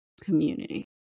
community